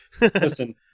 listen